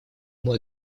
ему